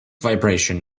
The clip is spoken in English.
vibration